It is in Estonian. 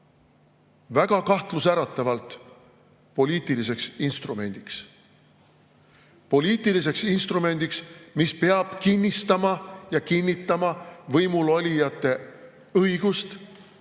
väga kahtlustäratavalt poliitiliseks instrumendiks – poliitiliseks instrumendiks, mis peab kinnistama ja kinnitama võimul olijate õigust